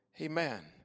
Amen